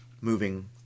moving